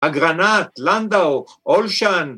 ‫אגרנט, לנדאו, אולשן.